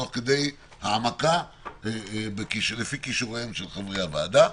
תוך כדי העמקה לפי כישוריהם של חברי הוועדה.